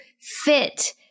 fit